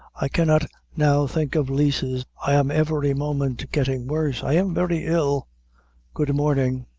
i cannot now think of leases i am every moment getting worse i am very ill good-morning.